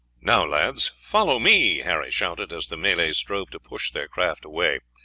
now, lads, follow me, harry shouted as the malays strove to push their craft away.